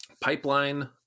Pipeline